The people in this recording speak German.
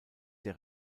der